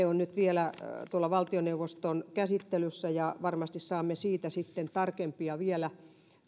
on vielä valtioneuvoston käsittelyssä ja varmasti saamme siitä tarkempia tietoja vielä